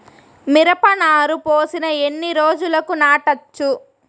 మిరప నారు పోసిన ఎన్ని రోజులకు నాటచ్చు?